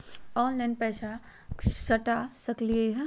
Online पैसा सटा सकलिय है?